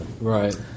Right